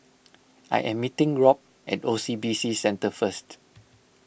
I am meeting Robb at O C B C Centre first